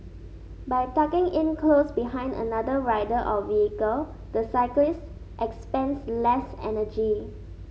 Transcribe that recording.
by tucking in close behind another a rider or vehicle the cyclist expends less energy